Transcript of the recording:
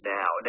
now